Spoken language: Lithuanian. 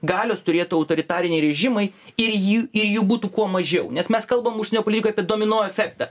galios turėtų autoritariniai režimai ir jų ir jų būtų kuo mažiau nes mes kalbam užsienio politikoj apie domino efektą